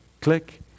click